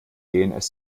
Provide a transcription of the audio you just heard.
dns